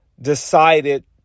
decided